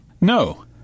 No